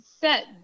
set